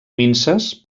minses